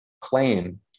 claim